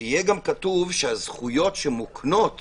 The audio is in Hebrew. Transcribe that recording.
שיהיה כתוב שהזכויות שמוקנות